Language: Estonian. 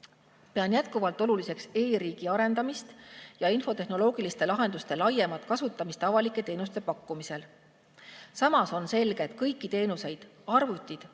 Pean jätkuvalt oluliseks e‑riigi arendamist ja infotehnoloogiliste lahenduste laiemat kasutamist avalike teenuste pakkumisel. Samas on selge, et kõiki teenuseid arvutid